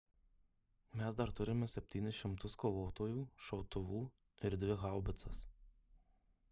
mes dar turime septynis šimtus kovotojų šautuvų ir dvi haubicas